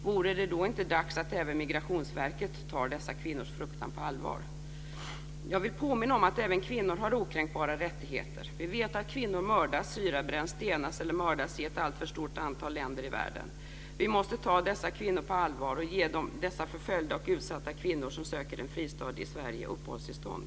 Vore det då inte dags att även Migrationsverket tar dessa kvinnors fruktan på allvar? Jag vill påminna om att även kvinnor har okränkbara rättigheter. Vi vet att kvinnor mördas, syrabränns, stenas eller mördas i ett alltför stort antal länder i världen. Vi måste ta dessa kvinnor på allvar och ge dessa förföljda och utsatta kvinnor som söker en fristad i Sverige uppehållstillstånd.